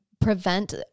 prevent